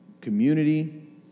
community